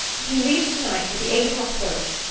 he leaves to-night, with the eight-o'clock boat.